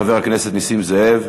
חבר הכנסת נסים זאב.